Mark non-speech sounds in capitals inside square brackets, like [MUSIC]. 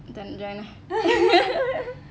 tak nak join ah [LAUGHS]